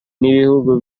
n’ibihugu